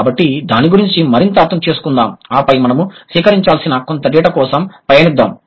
కాబట్టి దాని గురించి మరింత అర్థం చేసుకుందాం ఆపై మనము సేకరించాల్సిన కొంత డేటా కోసం పయనిద్దాం